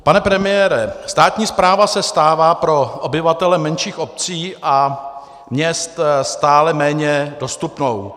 Pane premiére, státní správa se stává pro obyvatele menších obcí a měst stále méně dostupnou.